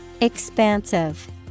Expansive